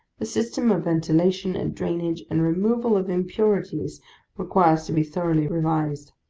the system of ventilation, and drainage, and removal of impurities requires to be thoroughly revised.